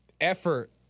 effort